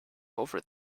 over